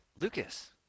Lucas